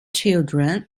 children